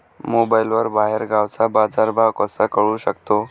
मोबाईलवर बाहेरगावचा बाजारभाव कसा कळू शकतो?